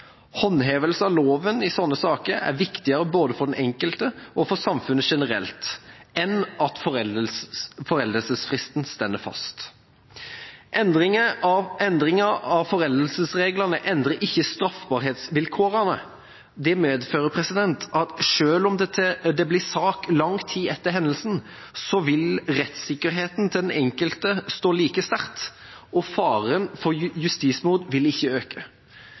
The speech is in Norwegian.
Håndhevelse av loven i slike saker er viktigere både for den enkelte og for samfunnet generelt enn at foreldelsesfristen står fast. Endringen av foreldelsesreglene endrer ikke straffbarhetsvilkårene. Det medfører at selv om det blir sak lang tid etter hendelsen, vil rettssikkerheten til den enkelte stå like sterkt, og faren for justismord vil ikke øke.